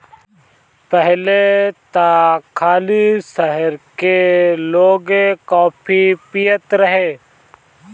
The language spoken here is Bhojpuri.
पहिले त खाली शहर के लोगे काफी पियत रहे